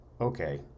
okay